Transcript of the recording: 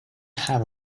have